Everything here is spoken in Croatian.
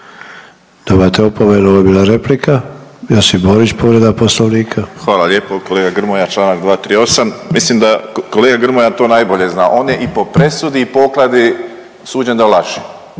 Imate opomenu ovo je bila replika. Josip Borić povreda poslovnika. **Borić, Josip (HDZ)** Hvala lijepo. Kolega Grmoja čl. 238. mislim da kolega Grmoja to najbolje zna, on je i po presudi i po okladi suđen da laže.